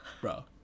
bro